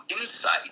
insight